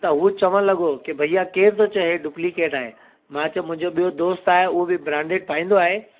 त उहो चवण लॻो की भइया केर थो चए इहा डुपलीकेट आहे मां चयो मुंहिंजो ॿियो दोस्तु आहे उहो बि ब्रांडिड पाईंदो आहे